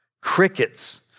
Crickets